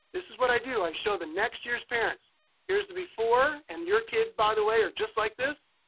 this is what i do, i show the next year's parents here's the before, and your kids, by the way, are just like this,